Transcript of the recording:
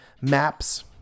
maps